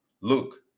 Look